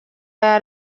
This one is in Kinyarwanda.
aya